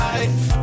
Life